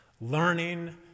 learning